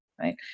Right